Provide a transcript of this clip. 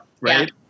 right